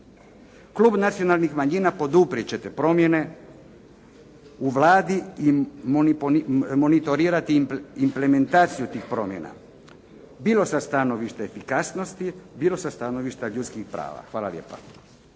klub nacionalnih manjina poduprijeti će te promjene u Vladi i monitorirati implementaciju tih promjena, bilo sa stanovišta efikasnosti, bilo sa stanovišta ljudskih prava. Hvala lijepa.